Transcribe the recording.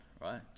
right